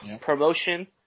promotion